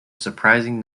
surprising